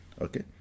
Okay